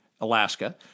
Alaska